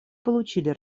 получили